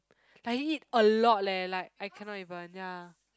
like he eat a lot leh like I cannot even ya